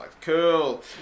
Cool